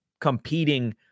competing